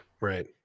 Right